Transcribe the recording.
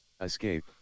Escape